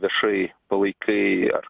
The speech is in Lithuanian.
viešai palaikai ar